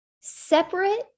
separate